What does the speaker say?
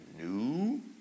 new